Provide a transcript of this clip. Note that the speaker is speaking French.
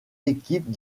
équipes